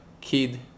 kid